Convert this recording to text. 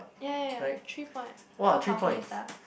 ya ya ya three point 好好回答:Hao hao hui da